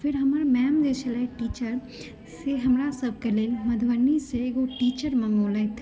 फेर हमर मैम जे छलथि टीचर से हमरा सभके लेल मधुबनी से एगो टीचर मङ्गौलथि